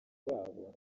babo